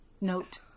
Note